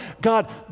God